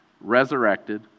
resurrected